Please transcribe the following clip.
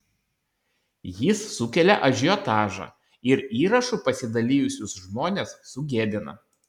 jis sukelia ažiotažą ir įrašu pasidalijusius žmones sugėdina